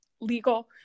legal